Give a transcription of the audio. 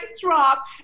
drop